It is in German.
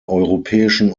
europäischen